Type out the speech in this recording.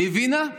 היא הבינה?